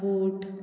boat